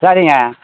சரிங்க